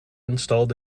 installed